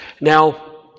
Now